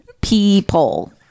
People